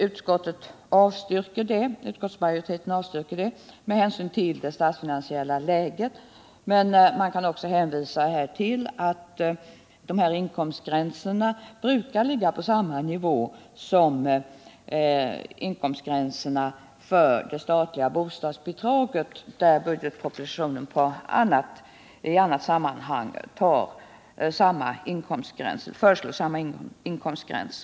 Utskottsmajoriteten avstyrker detta med hänsyn till det statsfinansiella läget, men man kan också hänvisa till att de här inkomstgränserna brukar ligga på samma nivå som inkomstgränserna för det statliga bostadsbidraget, där budgetpropositionen i annat sammanhang föreslår samma inkomstgräns.